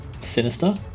sinister